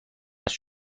است